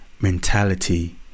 mentality